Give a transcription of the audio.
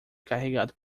carregado